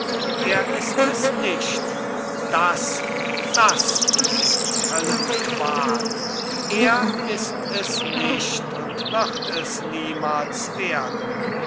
er ist es nicht das das ist höllenqual er ist es nicht und wird es niemals werden